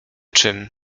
czym